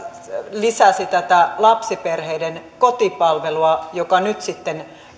lisäsi tätä lapsiperheiden kotipalvelua joka nyt sitten